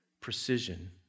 precision